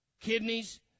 kidneys